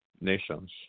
nations